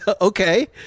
Okay